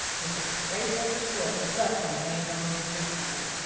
with a scrape of the foot the butler made known his return.